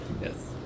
Yes